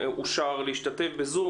אושר להשתתף בזום.